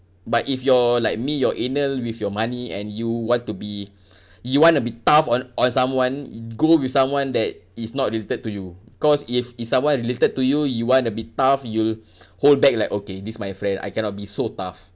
but if you're like me you're anal with your money and you want to be you want to be tough on on someone go with someone that is not related to you cause if if someone related to you you want to be tough you'll hold back like okay this my friend I cannot be so tough